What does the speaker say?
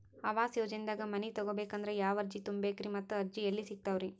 ಆವಾಸ ಯೋಜನೆದಾಗ ಮನಿ ತೊಗೋಬೇಕಂದ್ರ ಯಾವ ಅರ್ಜಿ ತುಂಬೇಕ್ರಿ ಮತ್ತ ಅರ್ಜಿ ಎಲ್ಲಿ ಸಿಗತಾವ್ರಿ?